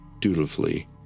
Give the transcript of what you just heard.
dutifully